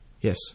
Yes